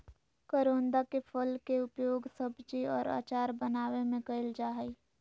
करोंदा के फल के उपयोग सब्जी और अचार बनावय में कइल जा हइ